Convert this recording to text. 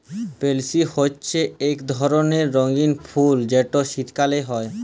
পেলসি হছে ইক ধরলের রঙ্গিল ফুল যেট শীতকাল হ্যয়